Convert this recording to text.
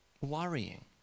worrying